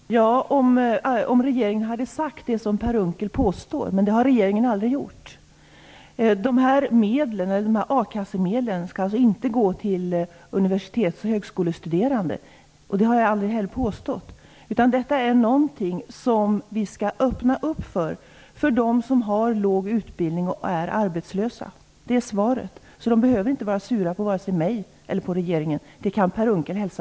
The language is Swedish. Fru talman! Jag skulle förstå det om det vore så att regeringen hade sagt det som Per Unckel påstår, men det har regeringen aldrig gjort. A-kassemedlen skall inte gå till universitets och högskolestuderande. Det har jag heller aldrig påstått. Detta är en möjlighet som vi skall öppna för dem som har låg utbildning och som är arbetslösa. Det är mitt svar. Man behöver alltså inte vara sur vare sig på mig eller på regeringen. Det kan Per Unckel hälsa.